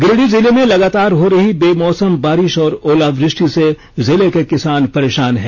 गिरिडीह जिले में लगातार हो रही वेमौसम बारिष और ओला वृष्टि से जिले के किसान परेशान हैं